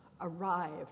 arrived